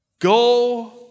Go